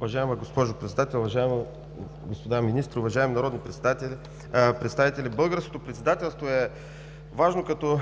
Уважаема госпожо Председател, уважаеми господа министри, уважаеми народни представители! Българското председателство е важно като